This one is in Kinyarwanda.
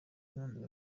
none